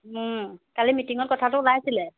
কালি মিটিঙত কথাটো ওলাইছিলে